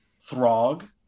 Throg